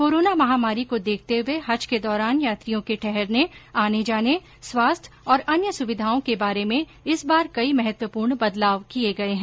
corona महामारी को देखते हुए हज के दौरान यात्रियों के ठहरने आने जाने स्वास्थ्य और अन्य सुविधाओं के बारे में इस बार कई महत्वपूर्ण बदलाव किए गए हैं